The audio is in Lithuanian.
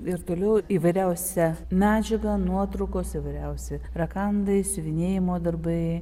ir toliau įvairiausia medžiaga nuotraukos įvairiausi rakandai siuvinėjimo darbai